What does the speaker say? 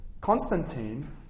Constantine